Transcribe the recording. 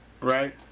right